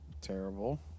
Terrible